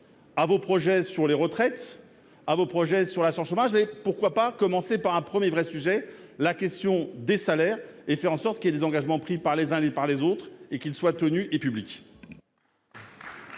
à vos projets sur les retraites à vos projets sur la son chômage mais pourquoi pas commencer par un 1er vrai sujet : la question des salaires et faire en sorte que les engagements pris par les uns, les par les autres et qu'ils soient tenus et public.